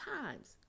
times